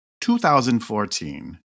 2014